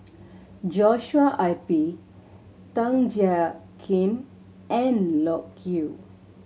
Joshua I P Tan Jiak Kim and Loke Yew